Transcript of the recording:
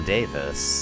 Davis